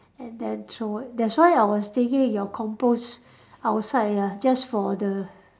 and then throw it that's why I was thinking of compost outside ah just for the